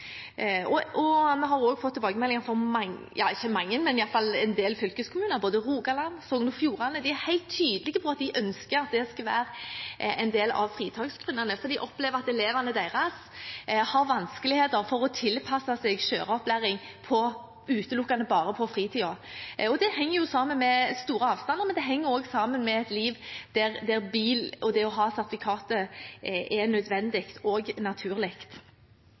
ha sertifikat. Vi har også fått tilbakemeldinger fra en del fylkeskommuner. Både Rogaland og Sogn og Fjordane er helt tydelige på at de ønsker at dette skal være en del av fritaksgrunnene, fordi de opplever at elevene deres har vanskeligheter med å tilpasse seg kjøreopplæring utelukkende på fritiden. Det henger jo sammen med store avstander, men det henger også sammen med et liv der bil og det å ha sertifikatet er nødvendig og naturlig.